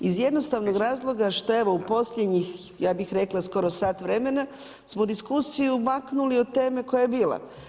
Iz jednostavnog razloga što, evo, u posljednjih ja bih rekla, skoro sat vremena smo diskusiju maknuli od teme koje je bila.